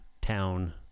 town